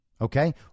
Okay